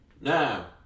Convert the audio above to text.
Now